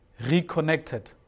reconnected